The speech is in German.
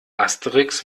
asterix